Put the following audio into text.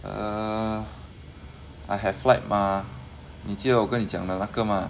err I have flight mah 你记得我跟你讲的那个吗